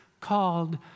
called